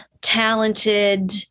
talented